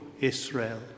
Israel